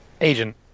agent